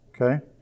Okay